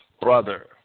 brother